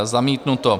Zamítnuto.